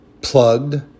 plugged